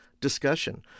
discussion